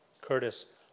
Curtis